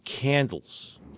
candles